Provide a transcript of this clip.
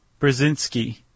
Brzezinski